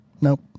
Nope